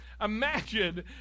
Imagine